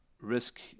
risk